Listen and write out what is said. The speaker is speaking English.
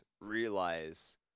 realize